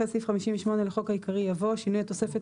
אחרי סעיף 58 לחוק העיקרי יבוא: "שינוי התוספות